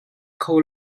kho